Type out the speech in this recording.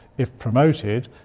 if promoted,